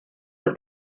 with